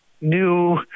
new